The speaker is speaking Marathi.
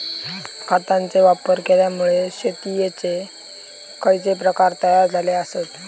खतांचे वापर केल्यामुळे शेतीयेचे खैचे प्रकार तयार झाले आसत?